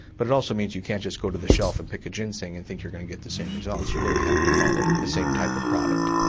but it also means you can't just go to the shelf and pick a ginseng and think you're going to get the same results. you really have to follow the same type of product.